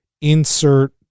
insert